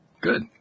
Good